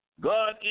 God